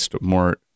more